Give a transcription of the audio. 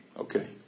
okay